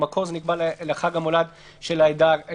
במקור זה נקבע לחג המולד של הקתולים,